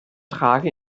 trage